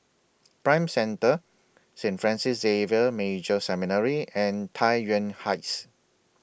Prime Centre Saint Francis Xavier Major Seminary and Tai Yuan Heights